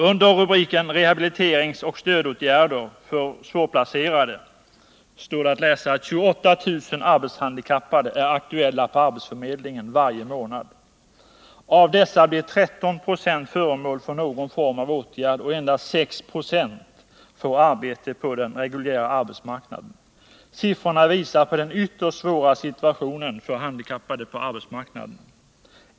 Under rubriken rehabiliteringsoch stödåtgärder för svårplacerade står det att läsa att 28 000 arbetshandikappade är aktuella på arbetsförmedlingarna varje månad. Av dessa blir 13 90 föremål för någon form av åtgärd, men endast 6 2 får arbete på den reguljära arbetsmarknaden. Siffrorna belyser den ytterst svåra situationen för handikappade på arbetsmarknaden.